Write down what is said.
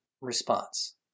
response